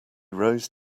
rose